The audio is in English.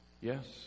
Yes